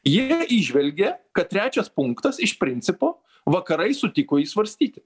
jie įžvelgia kad trečias punktas iš principo vakarai sutiko jį svarstyti